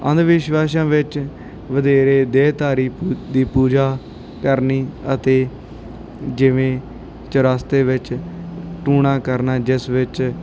ਅੰਧ ਵਿਸ਼ਵਾਸਾਂ ਵਿੱਚ ਵਧੇਰੇ ਦੇਹਧਾਰੀ ਦੀ ਪੂਜਾ ਕਰਨੀ ਅਤੇ ਜਿਵੇਂ ਚੁਰਸਤੇ ਵਿੱਚ ਟੂਣਾ ਕਰਨਾ ਜਿਸ ਵਿੱਚ